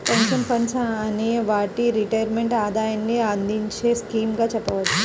pension funds అనే వాటిని retirement ఆదాయాన్ని అందించే స్కీమ్స్ గా చెప్పవచ్చు